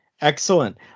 Excellent